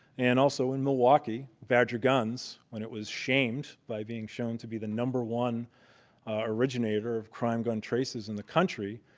and also in milwaukee, badger guns, when it was shamed by being shown to be the number one originator of crime gun traces in the country,